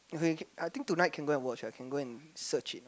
okay I think tonight can go and watch ah can go and search it